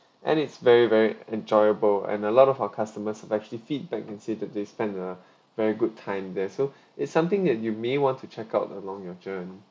and it's very very enjoyable and a lot of our customers have actually feedback and say that they spend a very good time there so it's something that you may want to check out along your journey